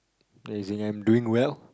as in I'm doing well